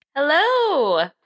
Hello